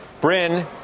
Bryn